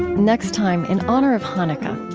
next time, in honor of hanukkah,